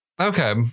Okay